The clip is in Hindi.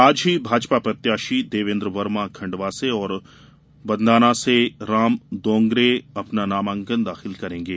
आज ही भाजपा प्रत्याशी देवेन्द्र वर्मा खंडवा से और बंधाना से राम दांगोरे अपना नामांकन दाखिल करेंगे